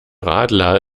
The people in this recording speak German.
radler